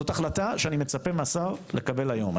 זו החלטה שאני מצפה מהשר לקבל היום.